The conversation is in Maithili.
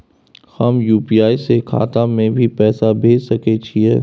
हम यु.पी.आई से खाता में भी पैसा भेज सके छियै?